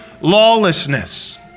lawlessness